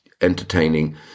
entertaining